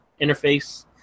interface